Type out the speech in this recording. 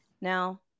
Now